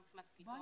גם מבחינת כיתות.